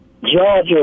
Georgia